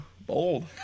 Bold